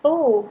oh